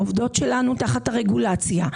העובדות שלנו תחת הרגולציה,